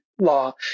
law